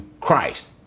Christ